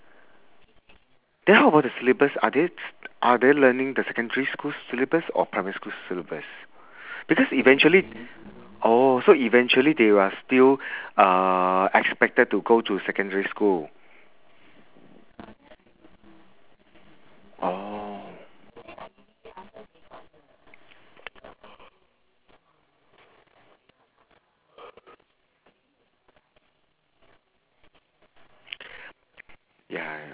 then how about the syllabus are they s~ are they learning the secondary school syllabus or primary school syllabus because eventually oh so eventually they are still uh expected to go to secondary school oh ya